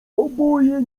oboje